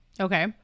Okay